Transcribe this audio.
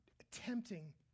attempting